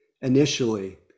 initially